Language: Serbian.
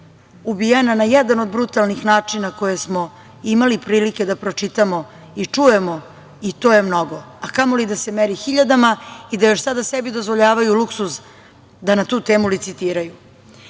ubijena na jedan od brutalnih načina koje smo imali prilike da pročitamo i čujemo, i to je mnogo, a kamoli da se meri hiljadama i da još sada sebi dozvoljavaju luksuz da na tu temu licitiraju. Ide